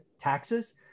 taxes